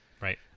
Right